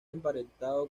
emparentado